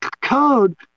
code